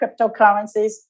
cryptocurrencies